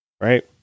Right